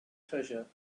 treasure